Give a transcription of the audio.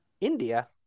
India